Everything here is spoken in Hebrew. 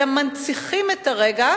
אלא מנציחים את הרגע